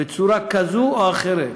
בצורה כזאת או אחרת.